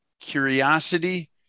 Curiosity